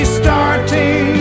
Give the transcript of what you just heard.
starting